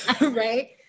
right